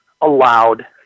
allowed